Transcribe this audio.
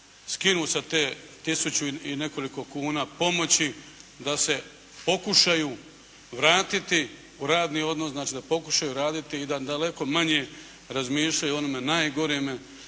skinu sa te tisuću i nekoliko kuna pomoći, da se pokušaju vratiti u radni odnos, znači da pokušaju raditi i da daleko manje razmišljaju o onome najgoreme,